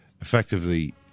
effectively